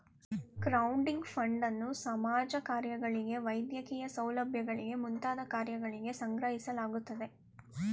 crowding ಫಂಡನ್ನು ಸಮಾಜ ಕಾರ್ಯಗಳಿಗೆ ವೈದ್ಯಕೀಯ ಸೌಲಭ್ಯಗಳಿಗೆ ಮುಂತಾದ ಕಾರ್ಯಗಳಿಗೆ ಸಂಗ್ರಹಿಸಲಾಗುತ್ತದೆ